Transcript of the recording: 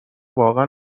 واقعا